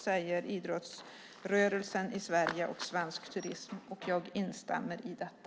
Så säger idrottsrörelsen i Sverige och Svensk Turism. Jag instämmer i detta.